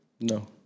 No